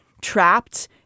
trapped